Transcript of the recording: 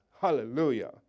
Hallelujah